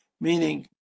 Meaning